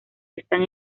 están